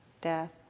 death